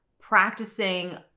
practicing